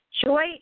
joy